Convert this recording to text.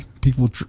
people